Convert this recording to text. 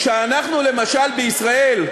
כשאנחנו בישראל,